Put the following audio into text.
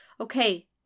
Okay